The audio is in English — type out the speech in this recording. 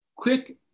quick